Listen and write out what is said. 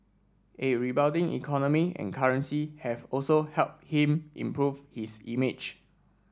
a rebounding economy and currency have also helped him improve his image